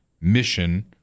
Mission